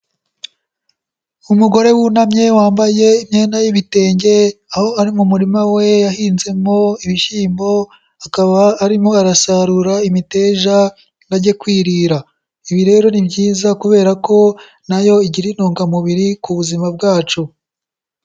Umugore wunamye wambaye imyenda y'ibitenge, aho ari mu murima we yahinzemo ibishyimbo, akaba arimo arasarura imiteja ngo age kwirira, ibi rero ni byiza kubera ko na yo igira intungamubiri ku buzima bwacu.